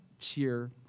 cheer